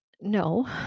no